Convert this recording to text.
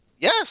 Yes